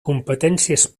competències